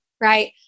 right